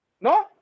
no